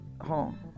home